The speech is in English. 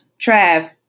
Trav